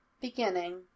beginning